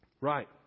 Right